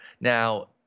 Now